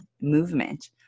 movement